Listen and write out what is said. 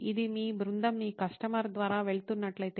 ఇది మీ బృందం మీ కస్టమర్ ద్వారా వెళుతున్నట్లయితే